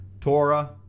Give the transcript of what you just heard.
Torah